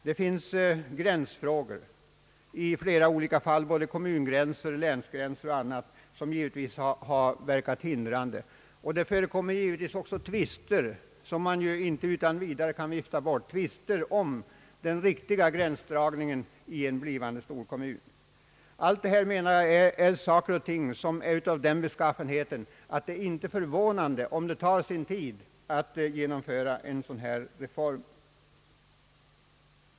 Det finns gränsfrågor av flera olika slag — kommungränser, länsgränser och andra — som verkat hindrande. Det förekommer givetvis också tvister som man inte utan vidare kan vifta bort, tvister om den riktiga gränsdragningen för en blivande storkommun. Allt detta är saker och ting av den beskaffenheten att det inte är förvånande om det tar sin tid att genomföra en reform.